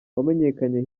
wamenyekanye